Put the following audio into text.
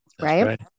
right